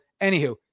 anywho